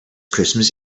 christmas